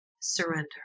surrender